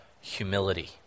humility